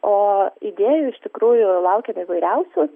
o idėjų iš tikrųjų laukiam įvairiausių